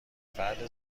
فرد